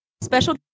Special